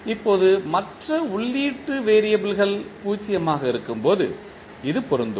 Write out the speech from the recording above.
இப்போது மற்ற உள்ளீட்டு வெறியபிள்கள் 0 ஆக இருக்கும்போது இது பொருந்தும்